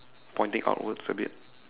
pointing outwards a bit